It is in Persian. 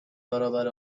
برابر